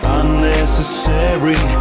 unnecessary